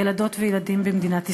ילדות וילדים במדינת ישראל.